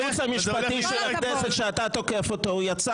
היועץ המשפטי של הכנסת שאתה תוקף אותו יצא